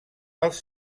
els